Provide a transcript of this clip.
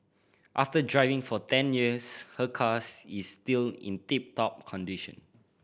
after driving for ten years her cars is still in tip top condition